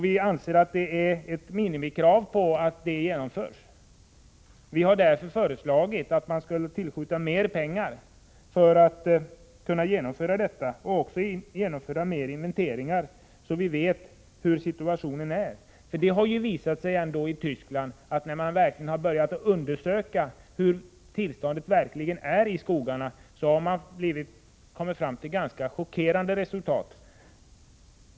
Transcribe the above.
Vi anser att det är ett minimikrav att programmet genomförs. Vi har därför föreslagit att man skulle tillskjuta mer pengar för att kunna genomföra det och för att genomföra fler inventeringar, så att vi vet hur situationen är. Det har nämligen visat sig t.ex. i Västtyskland att när man verkligen börjat undersöka hur tillståndet är för skogarna, har man kommit fram till ganska chockerande resultat.